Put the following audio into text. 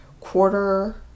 quarter